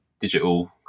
digital